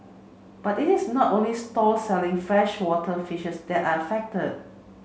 but it is not only stalls selling freshwater fishes that are affected